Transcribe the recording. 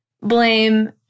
blame